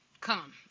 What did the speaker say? come